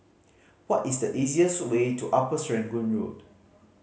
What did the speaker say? what is the easiest way to Upper Serangoon Road